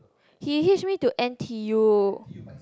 he hitch me to N_T_U